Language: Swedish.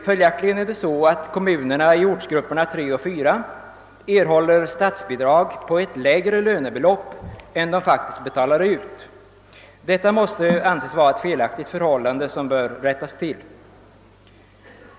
Följaktligen erhåller kommunerna i ortsgrupperna 3 och 4 statsbidrag för ett lägre lönebelopp än de faktiskt betalar ut. Detta måste anses vara ett felaktigt förhållande som bör rättas till.